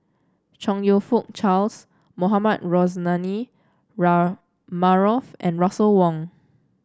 Chong You Fook Charles Mohamed Rozani Maarof and Russel Wong